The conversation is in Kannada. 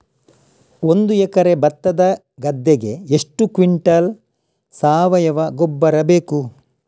ಒಂದು ಎಕರೆ ಭತ್ತದ ಗದ್ದೆಗೆ ಎಷ್ಟು ಕ್ವಿಂಟಲ್ ಸಾವಯವ ಗೊಬ್ಬರ ಬೇಕು?